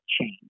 change